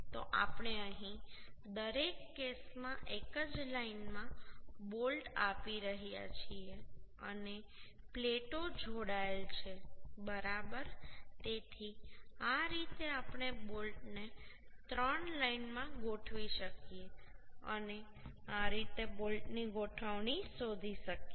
તો આપણે અહીં દરેક કેસમાં એક જ લાઇનમાં બોલ્ટ આપી રહ્યા છીએ અને પ્લેટો જોડાયેલ છે બરાબર તેથી આ રીતે આપણે બોલ્ટને ત્રણ લાઇનમાં ગોઠવી શકીએ અને આ રીતે બોલ્ટની ગોઠવણી શોધી શકીએ